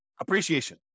appreciation